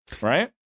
right